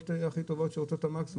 מהדואר